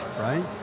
Right